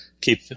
keep